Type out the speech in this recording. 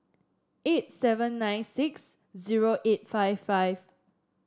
eight seven nine six zero eight five five